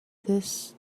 this